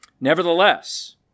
Nevertheless